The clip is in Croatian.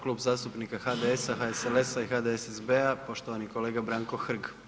Kluba zastupnika HDS-a, HSLS-a i HDSSB-a poštovani kolega Branko Hrg.